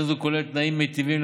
קרן זו כוללת תנאים מיטיבים,